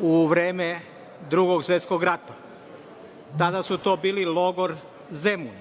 u vreme Drugog svetskog rata. Tada je bio „Logor Zemun“,